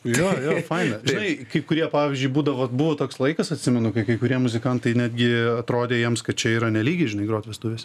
jo jo faina žinai kai kurie pavyzdžiui būdavo buvo toks laikas atsimenu kai kai kurie muzikantai netgi atrodė jiems kad čia yra ne lygis žinai grot vestuvėse